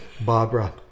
Barbara